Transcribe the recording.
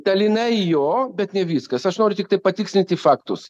dalinai jo bet ne viskas aš noriu tiktai patikslinti faktus